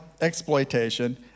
exploitation